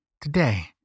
Today